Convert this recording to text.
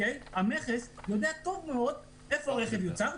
המכס יודע טוב מאוד איפה הרכב יוצר,